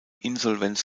insolvenz